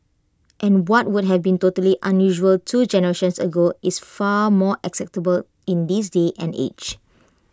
and what would have been totally unusual two generations ago is far more acceptable in this day and age